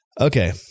Okay